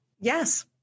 yes